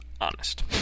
Honest